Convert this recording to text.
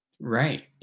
Right